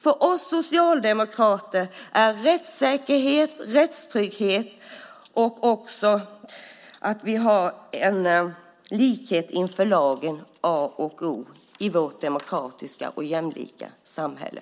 För oss socialdemokrater är rättssäkerhet, rättstrygghet och likhet inför lagen A och O i vårt demokratiska och jämlika samhälle.